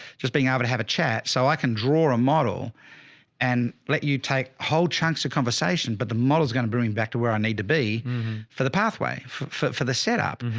just being able to have a chat. so i can draw a model and let you take whole chunks of conversation. but the model is going to bring back to where i need to be for the pathway for for the setup.